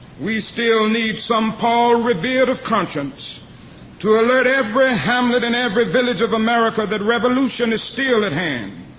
we still need some paul revere of conscience to alert every hamlet and every village of america that revolution is still at hand.